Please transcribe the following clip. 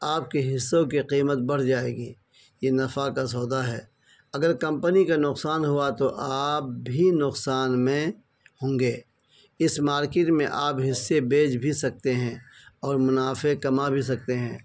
آپ کے حصوں کی قیمت بڑھ جائے گی یہ نفع کا سودا ہے اگر کمپنی کا نقصان ہوا تو آپ بھی نقصان میں ہوں گے اس مارکیٹ میں آپ حصے بیچ بھی سکتے ہیں اور منافع کما بھی سکتے ہیں